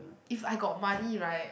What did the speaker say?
if I got money right